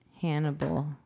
Hannibal